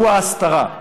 והוא ההסתרה,